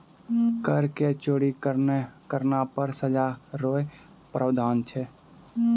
कर के चोरी करना पर सजा रो प्रावधान छै